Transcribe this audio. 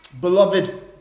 Beloved